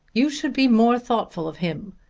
you should be more thoughtful of him.